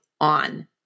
on